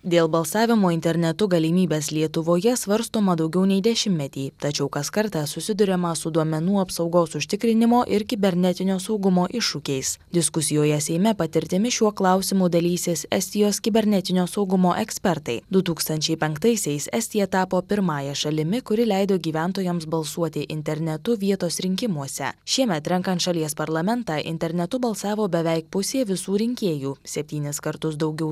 dėl balsavimo internetu galimybės lietuvoje svarstoma daugiau nei dešimtmetį tačiau kas kartą susiduriama su duomenų apsaugos užtikrinimo ir kibernetinio saugumo iššūkiais diskusijoje seime patirtimi šiuo klausimu dalysis estijos kibernetinio saugumo ekspertai du tūkstančiai penktaisiais estija tapo pirmąja šalimi kuri leido gyventojams balsuoti internetu vietos rinkimuose šiemet renkant šalies parlamentą internetu balsavo beveik pusė visų rinkėjų septynis kartus daugiau